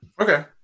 Okay